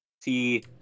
see